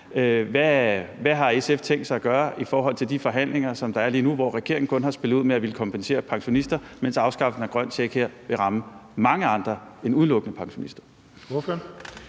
Hvad har SF tænkt sig at gøre i forhold til de forhandlinger, som der er lige nu, hvor regeringen kun har spillet ud med at ville kompensere pensionister, mens afskaffelsen af den grønne check her vil ramme mange andre end udelukkende pensionister?